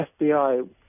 FBI